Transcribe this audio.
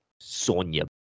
Sonia